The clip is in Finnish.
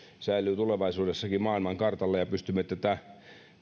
säilyy tulevaisuudessakin maailmankartalla ja pystymme tätä